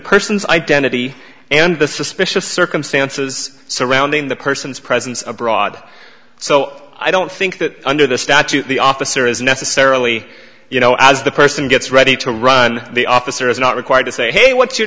person's identity and the suspicious circumstances surrounding the person's presence abroad so i don't think that under the statute the officer is necessarily you know as the person gets ready to run the officer is not required to say hey what's your